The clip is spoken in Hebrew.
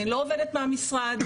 אני לא עובדת מהמשרד,